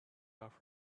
off